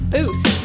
Boost